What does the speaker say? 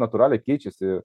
natūraliai keičiasi